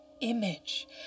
image